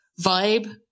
vibe